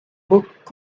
book